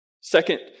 Second